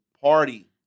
Party